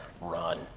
run